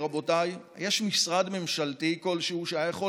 רבותיי: יש משרד ממשלתי כלשהו שהיה יכול